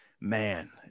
Man